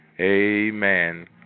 Amen